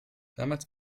damals